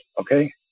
Okay